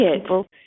people